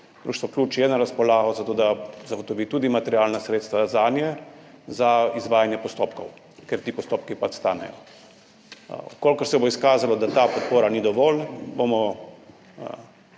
Društvo Ključ je na razpolago za to, da zagotovi tudi materialna sredstva zanje, za izvajanje postopkov, ker ti postopki pač stanejo. Če se bo izkazalo, da ta podpora ni dovolj, bomo